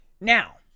Now